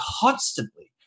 constantly